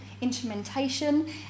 Instrumentation